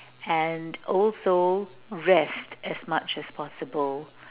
and also rest as much as possible